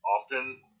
often